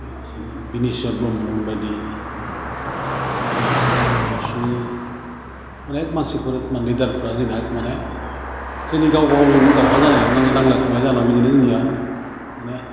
बिनिशर ब्रह्ममोन बायदि आरो ओइथिं आबसुनि अनेक मानसिफोर माने लिदारफ्रा जोंना माने जोंनि गाव गावजों दावहा जानायाव नांलाय खमलाय जानायाव बिदिनो जोंनिया माने